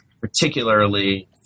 particularly